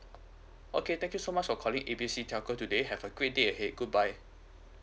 okay thank you so much for calling A B C telco today have a great day okay goodbye